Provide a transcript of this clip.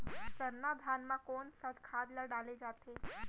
सरना धान म कोन सा खाद ला डाले जाथे?